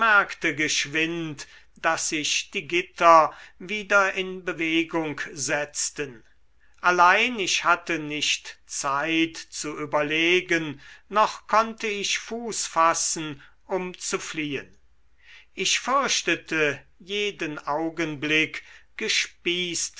geschwind daß sich die gitter wieder in bewegung setzten allein ich hatte nicht zeit zu überlegen noch konnte ich fuß fassen um zu fliehen ich fürchtete jeden augenblick gespießt